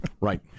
Right